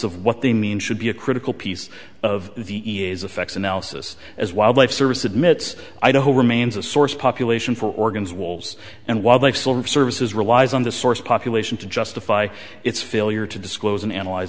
of what they mean should be a critical piece of the e s affects analysis as wildlife service admits idaho remains a source population for organs wolves and wildlife sort of services relies on the source population to justify its failure to disclose and analyze